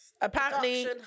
Apparently-